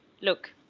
look